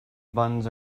buns